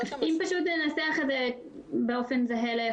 אם פשוט ננסח את זה באופן זהה לזה